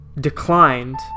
declined